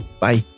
Bye